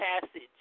passage